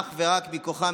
אך ורק מכוחה,